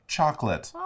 Chocolate